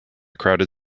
crowded